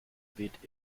weht